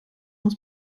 muss